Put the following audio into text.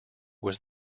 was